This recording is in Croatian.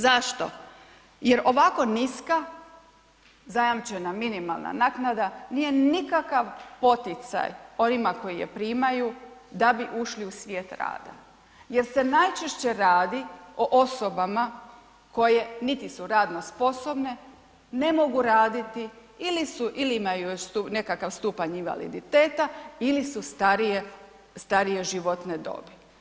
Zašto, jer ovako niska zajamčena minimalna naknada nije nikakav poticaj onima koji ju primaju da bi ušli u svijet rada, jer se najčešće radi o osobama koje niti su radno sposobne ne mogu raditi ili su ili imaju nekakav stupanj invaliditeta ili su starije, starije životne dobi.